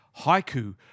haiku